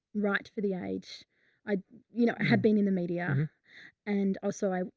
write for the age i you know had been in the media and also i,